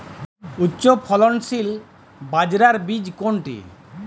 উচ্চফলনশীল বাজরার বীজ কোনটি?